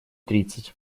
тридцать